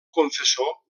confessor